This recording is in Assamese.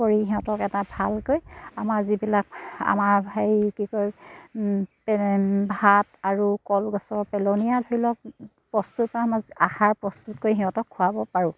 কৰি সিহঁতক এটা ভালকৈ আমাৰ যিবিলাক আমাৰ হেৰি কি কয় ভাত আৰু কলগছৰ পেলনীয়া ধৰি লওক প্ৰস্তুত বা আমাৰ আহাৰ প্ৰস্তুত কৰি সিহঁতক খোৱাব পাৰোঁ